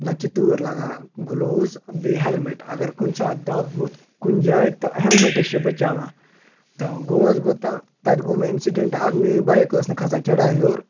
نَتہٕ چھِ تٍر لَگان گُلاوُز بیٚیہِ ہیلمِٹ اَگَر کُنہِ ساتہِ دَب ووٚتھ کُنہِ جایہِ تہٕ ہیلمِٹٕے چھِ بَچاوان تہٕ گوٚوُس بہٕ تہٕ تَتہِ گوٚو مےٚ اِنسیٖڈنٛٹ اَکھ میٛٲنۍ بایک ٲس نہٕ کھسان چَڑایہِ ہیٚور